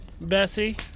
Bessie